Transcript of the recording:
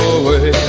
away